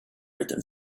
written